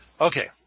Okay